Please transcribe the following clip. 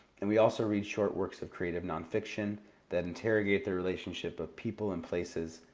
and we also read short works of creative nonfiction that interrogate the relationship of people and places,